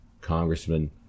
congressman